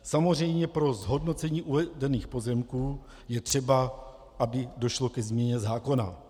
Samozřejmě pro zhodnocení uvedených pozemků je třeba, aby došlo ke změně zákona.